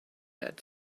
had